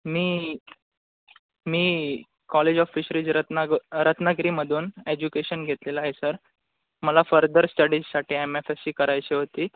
मी मी college of fisheries रत्नाग रत्नागिरीमधून एज्युकेशन घेतलेलं आहे सर मला फर्दर स्टडीजसाठी एम एफ एस सी करायची होती